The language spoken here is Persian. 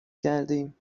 کردهایم